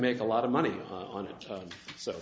make a lot of money on it so